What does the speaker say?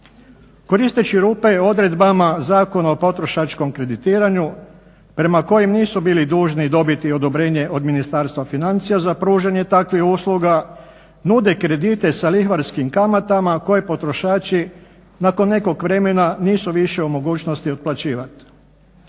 Koristeći rupe u odredbama Zakon o potrošačkom kreditiranju prema kojim nisu bili dužni dobiti odobrenje od Ministarstva financija za pružanje takvih usluga nude kredite sa lihvarskim kamatama koje potrošači nakon nekog vremena nisu više u mogućnosti otplaćivati.